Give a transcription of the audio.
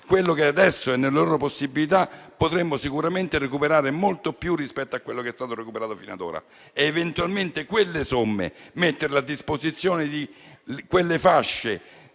quello che adesso è nelle loro possibilità, potremmo sicuramente recuperare molto più rispetto a quanto è stato recuperato fino ad ora ed eventualmente mettere quelle somme a disposizione delle fasce